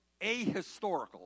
ahistorical